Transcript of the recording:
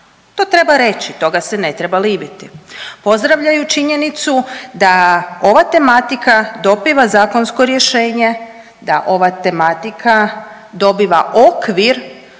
To treba reći, toga se ne treba libiti. Pozdravljaju činjenicu da ova tematika dobiva zakonsko rješenje, da ova tematika dobiva okvir